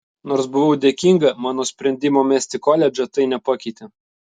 nors buvau dėkinga mano sprendimo mesti koledžą tai nepakeitė